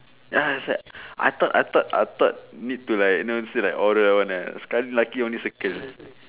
ya that's why I thought I thought I thought need to like you know still like order one eh sekali lucky only circle